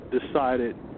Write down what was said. decided